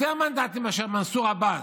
יותר מנדטים מאשר מנסור עבאס.